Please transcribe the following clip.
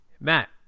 Matt